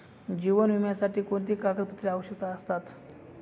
जीवन विम्यासाठी कोणती कागदपत्रे आवश्यक असतात?